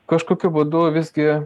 kažkokiu būdu visgi